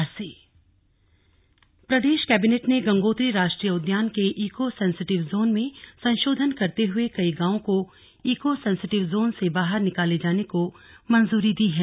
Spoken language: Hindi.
स्लग कैबिनेट बैठक प्रदेश कैबिनेट ने गंगोत्री राष्ट्रीय उद्यान के ईको सेंसेटिव जोन में संशोधन करते हुए कई गांवों को ईको सेंसेटिव जोन से बाहर निकाले जाने को मंजूरी दी है